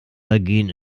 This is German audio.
vergehen